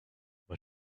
but